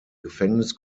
gefängnis